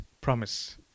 promise